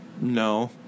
No